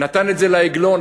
נתן את זה לעגלון,